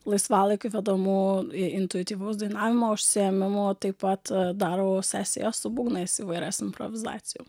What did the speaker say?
laisvalaikiu vedamų intuityvaus dainavimo užsiėmimų taip pat daro sesiją su būgnais įvairiais improvizacijom